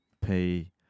pay